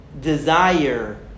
Desire